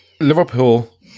Liverpool